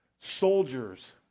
soldiers